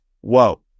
Whoa